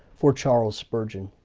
for charles spurgeon.